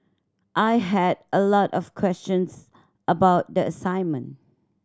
I had a lot of questions about the assignment